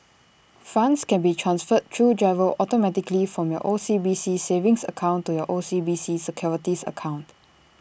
funds can be transferred through GIRO automatically from your O C B C savings account to your O C B C securities account